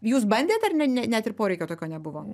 jūs bandėt ar ne net ir poreikio tokio nebuvo